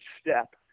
step